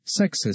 sexist